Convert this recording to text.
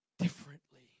differently